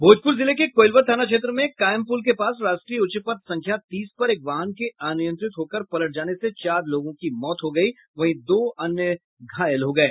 भोजपूर जिले के कोइलवर थाना क्षेत्र में कायमपूल के पास राष्ट्रीय उच्चपथ संख्या तीस पर एक वाहन के अनियंत्रित हो कर पलटने से चार लोगों की मौत हो गयी वहीं दो अन्य घायल हो गये